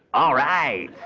all right!